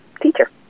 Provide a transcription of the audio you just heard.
teacher